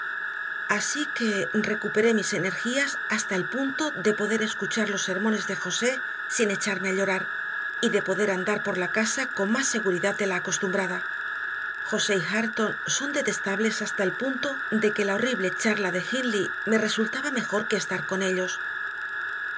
así que recuperé mis energías hasta el punto de poder escuchar los sermones de josé sin echarme a llorar y de poder andar por la casa con más seguridad de la acostumbrada josé y hareton son detestables hasta el punto de que la horrible charla de hindley me resultaba mejor que estar con ellos